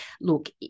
look